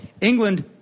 England